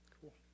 Cool